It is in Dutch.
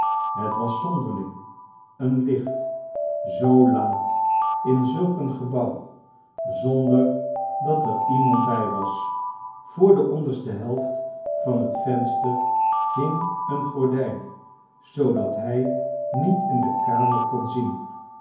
het was zonderling een licht zoo laat in zulk een gebouw zonder dat er iemand bij was voor de onderste helft van het venster hing eene gordijn zoodat hij niet in de kamer kon zien